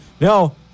No